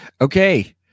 Okay